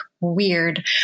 weird